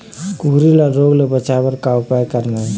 कुकरी ला रोग ले बचाए बर का उपाय करना ये?